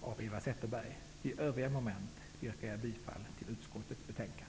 av Eva Zetterberg. Under övriga moment yrkar jag bifall till utskottets hemställan.